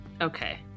Okay